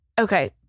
okay